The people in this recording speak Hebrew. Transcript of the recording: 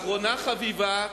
ואחרונה חביבה,